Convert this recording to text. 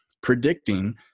predicting